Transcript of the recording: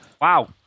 Wow